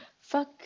fuck